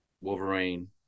Wolverine